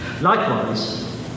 Likewise